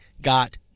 got